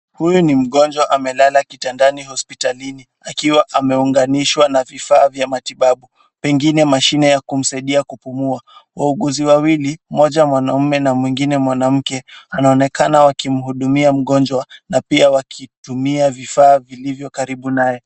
Huyu ni mgonjwa amelala kitandani hospitalini akiwa ameunganishwa na vifaa vya matibabu pengine mashine ya kumsaidia kupumua. Wauguzi wawili, mmoja mwanaume ma mwingine mwanamke anaonekana wakimhudumia mgonjwa na pia wakitumia vifaa vilivyo karibu naye.